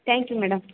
thank you madam